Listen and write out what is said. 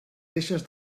reixes